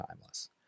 timeless